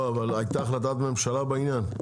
לא, אבל הייתה החלטת ממשלה בעניין?